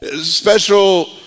Special